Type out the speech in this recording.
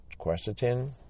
quercetin